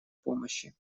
помощи